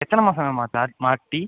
எத்தனை மாதம் ஆவுது மேம் மாட்டி